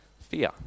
fear